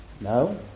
No